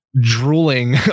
drooling